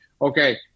okay